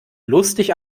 lustig